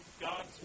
God's